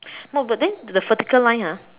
no but then the vertical line ah